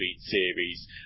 series